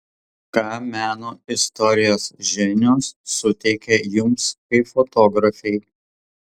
ką meno istorijos žinios suteikia jums kaip fotografei